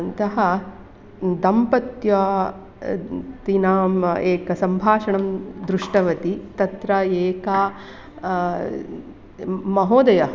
अन्तः दम्पतीनाम् एकं सम्भाषणं दृष्टवती तत्र एका द् महोदया